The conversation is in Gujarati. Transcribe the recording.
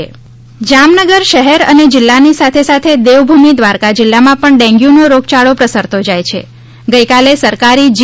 ડેંન્ગયુ જામનગર જામનગર શહેર અને જિલ્લાની સાથે સાથે દેવભૂમિ દ્વારકા જિલ્લામાં પણ ડેન્ગ્યૂનો રોગયાળો પ્રસરતો જાય છે ગઈકાલે સરકારી જી